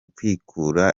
kwikura